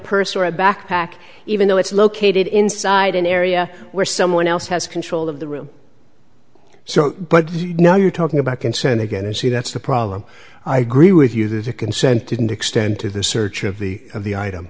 purse or a backpack even though it's located inside an area where someone else has control of the room so but now you're talking about consent again and see that's the problem i gree with you that the consent didn't extend to the search of the of the item